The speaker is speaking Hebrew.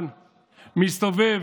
אולי מספיק